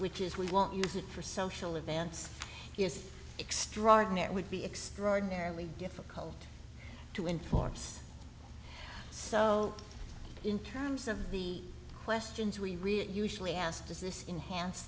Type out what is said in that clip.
which is we won't use it for social events extraordinary would be extraordinarily difficult to enforce so in terms of the questions we really usually ask does this enhanced